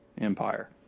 Empire